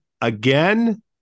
again